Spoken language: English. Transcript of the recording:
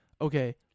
okay